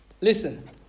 Listen